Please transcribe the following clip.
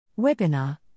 Webinar